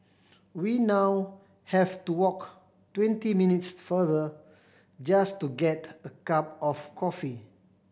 we now have to walk twenty minutes farther just to get a cup of coffee